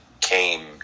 came